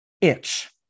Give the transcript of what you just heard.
itch